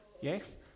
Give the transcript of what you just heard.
yes